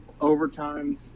overtimes